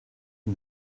but